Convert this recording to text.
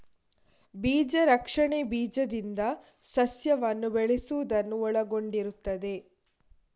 ಬೀಜ ರಕ್ಷಣೆ ಬೀಜದಿಂದ ಸಸ್ಯವನ್ನು ಬೆಳೆಸುವುದನ್ನು ಒಳಗೊಂಡಿರುತ್ತದೆ